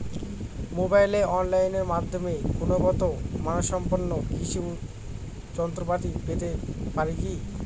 মোবাইলে অনলাইনের মাধ্যমে গুণগত মানসম্পন্ন কৃষি যন্ত্রপাতি পেতে পারি কি?